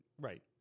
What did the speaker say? Right